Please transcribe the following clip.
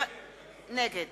נגד